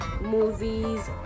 movies